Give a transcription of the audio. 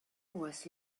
was